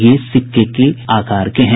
ये सिक्के के आकार के हैं